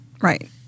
Right